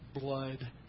blood